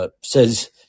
says